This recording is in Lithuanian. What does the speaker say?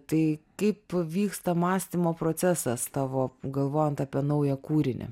tai kaip vyksta mąstymo procesas tavo galvojant apie naują kūrinį